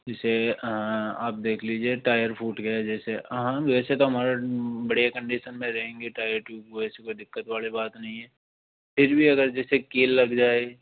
जैसे आप देख लीजिए टायर फ़ूट गया जैसे हाँ वेसे तो हमारा बढ़िया कंडिशन में रहेंगे टायर ट्यूब कोई ऐसी कोई दिक्कत वाली बात नहीं है फिर भी जैसे अगर कील लग जाए